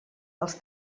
els